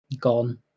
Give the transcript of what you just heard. Gone